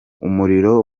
umuriro